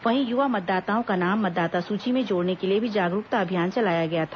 वहीं युवा मतदाताओं का नाम मतदाता सूची में जोड़ने के लिए भी जागरूकता अभियान चलाया गया था